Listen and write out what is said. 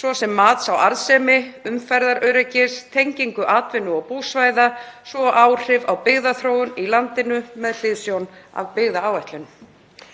svo sem mats á arðsemi, umferðaröryggis, tengingu atvinnu og búsvæða, svo og áhrifa á byggðaþróun í landinu með hliðsjón af byggðaáætlun.